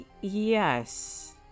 Yes